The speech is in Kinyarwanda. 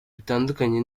bitandukanye